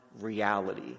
reality